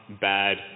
bad